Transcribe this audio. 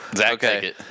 Okay